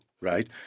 right